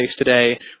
today